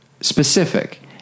specific